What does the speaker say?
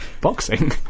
boxing